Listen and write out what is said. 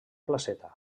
placeta